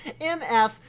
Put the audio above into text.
MF